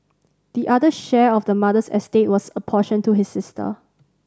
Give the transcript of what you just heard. the other share of the mother's estate was apportioned to his sister